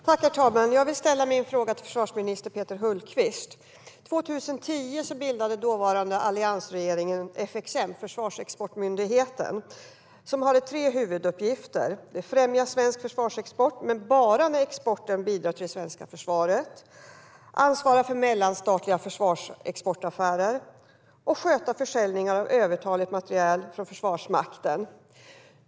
Herr talman! Jag vill ställa min fråga till försvarsminister Peter Hultqvist. År 2010 bildade dåvarande alliansregeringen FXM, Försvarsexportmyndigheten. Den hade tre huvuduppgifter, nämligen främja svensk försvarsexport, men bara när exporten bidrar till det svenska försvaret, ansvara för mellanstatliga försvarsexportaffärer samt sköta försäljningen av övertaligt materiel från Försvarsmakten.